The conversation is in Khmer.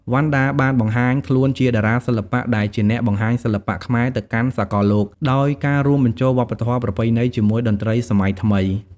វណ្ណដាបានបង្ហាញខ្លួនជាតារាសិល្បៈដែលជាអ្នកបង្ហាញសិល្បៈខ្មែរទៅកាន់សកលលោក ដោយការរួមបញ្ចូលវប្បធម៌ប្រពៃណីជាមួយតន្ត្រីសម័យថ្មី។